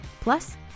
Plus